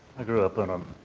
i grew up in an um